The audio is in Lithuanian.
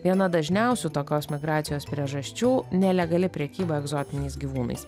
viena dažniausių tokios migracijos priežasčių nelegali prekyba egzotiniais gyvūnais